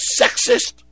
sexist